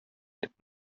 идек